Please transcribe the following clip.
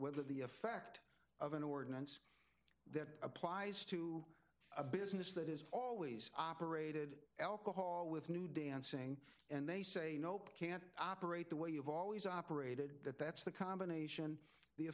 whether the effect of an ordinance that applies to a business that is always operated alcohol with new dancing and they say nope can't operate the way you've always operated that that's the combination the